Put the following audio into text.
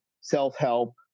self-help